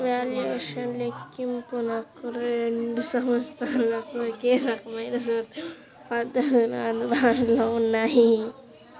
valuation లెక్కింపునకు రెండు సంస్థలకు ఒకే రకమైన సూత్రాలు, పద్ధతులు అందుబాటులో ఉన్నాయి